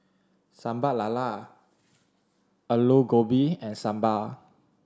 Sambal Lala Aloo Gobi and Sambal